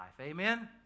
Amen